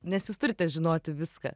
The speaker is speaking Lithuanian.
nes jūs turite žinoti viską